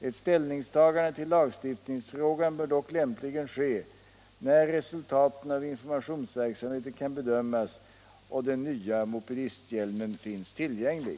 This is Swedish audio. Ett ställningstagande till lagstiftningsfrågan bör dock lämpligen ske när resultaten av informationsverksamheten kan bedömas och den nya mopedisthjälmen finns tillgänglig.